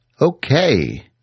Okay